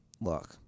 look